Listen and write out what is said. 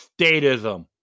Statism